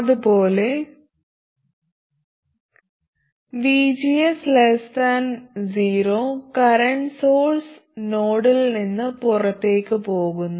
അതുപോലെ VGS 0 current source നോഡിൽ നിന്ന് പുറത്തേക്ക് പോകുന്നു